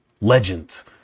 legends